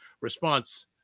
response